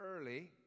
early